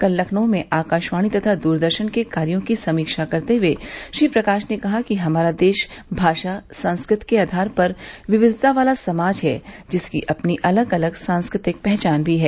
कल लखनऊ में आकाशवाणी तथा द्रदर्शन के कार्यो की समीक्षा करते हुए श्री प्रकाश ने कहा कि हमारा देश भाषा संस्कृत के आधार पर विविधता वाला समाज है जिसकी अपनी अलग अलग सांस्कृतिक पहचान भी है